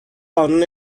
قانون